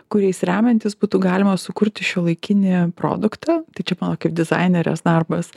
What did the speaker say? kuriais remiantis būtų galima sukurti šiuolaikinį produktą tai čia mano kaip dizainerės darbas